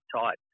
tight